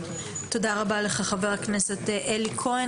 תודה רבה לך חבר הכנסת אלי כהן.